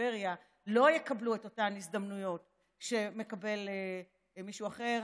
בפריפריה לא יקבלו את אותן הזדמנויות שמקבל מישהו אחר.